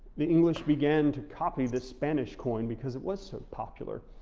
the english began to copy this spanish coin because it was so popular.